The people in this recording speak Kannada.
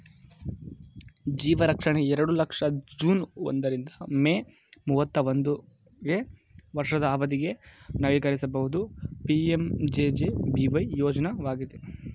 ಜೀವರಕ್ಷಣೆ ಎರಡು ಲಕ್ಷ ಜೂನ್ ಒಂದ ರಿಂದ ಮೇ ಮೂವತ್ತಾ ಒಂದುಗೆ ವರ್ಷದ ಅವಧಿಗೆ ನವೀಕರಿಸಬಹುದು ಪಿ.ಎಂ.ಜೆ.ಜೆ.ಬಿ.ವೈ ಯೋಜ್ನಯಾಗಿದೆ